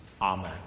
Amen